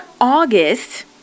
August